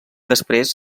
després